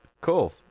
cool